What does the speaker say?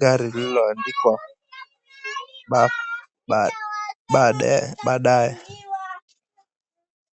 Gari lililoandikwa, Badae